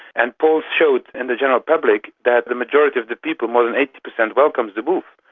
and polls showed in the general public that the majority of the people, more than eighty percent, welcomes the wolf.